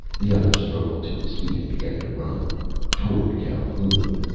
the other struggled to his feet and began to run toward calhoun.